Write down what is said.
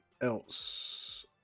else